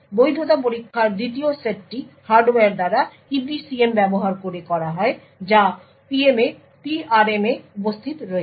বৈধতা পরীক্ষার দ্বিতীয় সেটটি হার্ডওয়্যার দ্বারা EPCM ব্যবহার করে করা হয় যা PRM এ উপস্থিত রয়েছে